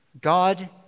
God